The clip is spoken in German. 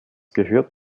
gehört